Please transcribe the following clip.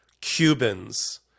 Cubans